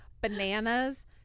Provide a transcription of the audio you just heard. bananas